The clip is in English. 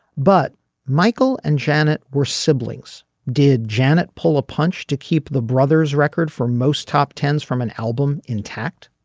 but michael and janet were siblings did janet pull a punch to keep the brother's record for most top tens from an album intact.